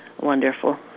wonderful